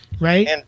Right